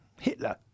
Hitler